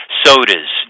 sodas